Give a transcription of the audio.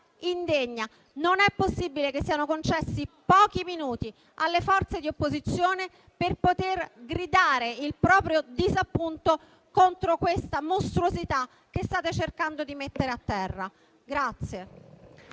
non è possibile che siano concessi pochi minuti alle forze di opposizione per gridare il proprio disappunto contro questa mostruosità che state cercando di mettere a terra.